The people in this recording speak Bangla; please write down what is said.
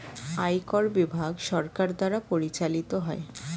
আয়কর বিভাগ সরকার দ্বারা পরিচালিত হয়